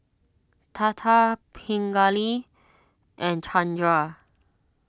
Tata Pingali and Chandra